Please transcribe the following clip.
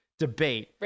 debate